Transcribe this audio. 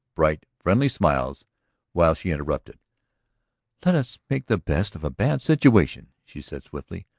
bright, friendly smiles while she interrupted let us make the best of a bad situation, she said swiftly.